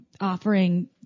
offering